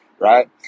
right